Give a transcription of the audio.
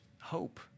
hope